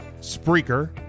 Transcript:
Spreaker